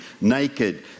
Naked